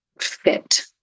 fit